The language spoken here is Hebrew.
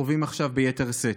חווים עכשיו ביתר שאת.